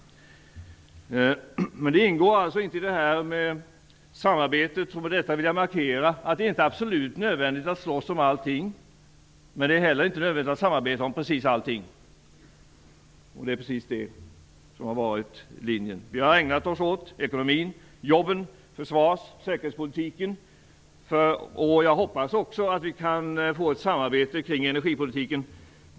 Men detta ingår alltså inte i samarbetet. Jag vill bara markera att det inte är absolut nödvändigt att slåss om allting. Det är inte heller nödvändigt att samarbeta om precis allting. Det har varit vår linje. Vi har ägnat oss åt ekonomin, jobben, försvars och säkerhetspolitiken. Jag hoppas också att vi kan få till stånd ett samarbete kring energipolitiken.